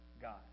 God